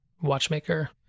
watchmaker